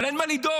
אבל אין מה לדאוג,